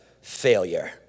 failure